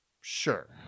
Sure